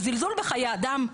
זה זלזול בחיי אדם,